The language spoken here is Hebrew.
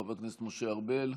חבר הכנסת משה ארבל,